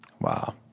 Wow